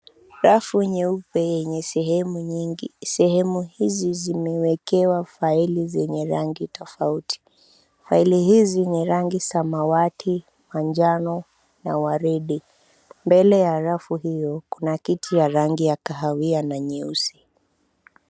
Rafu nyeupe yenye sehemu nyingi. Sehemu hizi zimewekewa faili zenye rangi tofauti. Faili hizi ni rangi samawati, manjano na waridi. Mbele ya rafu hiyo, kuna kiti ya rangi ya kahawia na nyeusi.